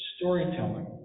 storytelling